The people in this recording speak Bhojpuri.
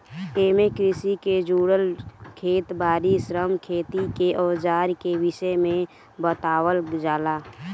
एमे कृषि के जुड़ल खेत बारी, श्रम, खेती के अवजार के विषय में बतावल जाला